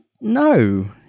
no